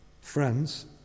Friends